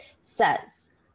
says